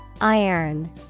Iron